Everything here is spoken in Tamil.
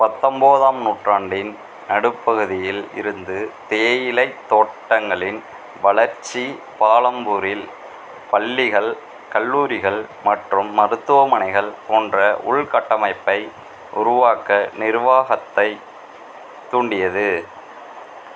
பத்தொன்போதாம் நூற்றாண்டின் நடுப்பகுதியில் இருந்து தேயிலைத் தோட்டங்களின் வளர்ச்சி பாலம்பூரில் பள்ளிகள் கல்லூரிகள் மற்றும் மருத்துவமனைகள் போன்ற உள்கட்டமைப்பை உருவாக்க நிர்வாகத்தைத் தூண்டியது